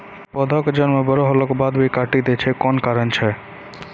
पौधा के जड़ म बड़ो होला के बाद भी काटी दै छै कोन कारण छै?